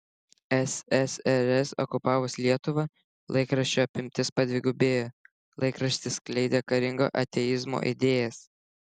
ssrs okupavus lietuvą laikraščio apimtis padvigubėjo laikraštis skleidė karingo ateizmo idėjas